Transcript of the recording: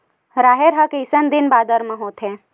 राहेर ह कइसन दिन बादर म होथे?